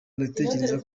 ndatekereza